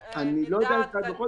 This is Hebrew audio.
אני לא יודע מבחינת דוחות,